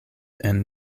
and